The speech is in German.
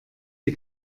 die